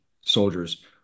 soldiers